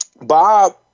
Bob